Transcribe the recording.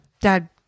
dad